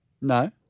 No